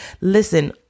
Listen